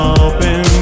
open